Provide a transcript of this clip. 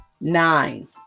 Nine